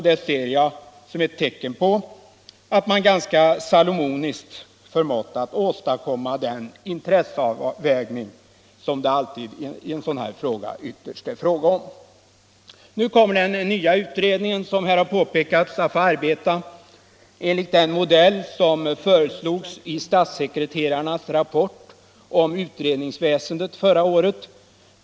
Det ser jag som ett tecken på att man salomoniski: har förmått åstadkomma den intresseavvägning som det alltid i en sådan här fråga ytterst rör sig om. Nu kommer den nya utredninger , som här har påpekats, att arbeta enligt den modell som föreslogs i statssekreterarnas rapport om utredningsväsendet förra året.